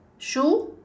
shoe